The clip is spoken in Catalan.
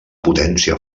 potència